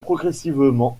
progressivement